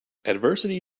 adversity